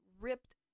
ripped